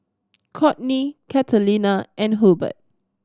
Cortney Catalina and Hurbert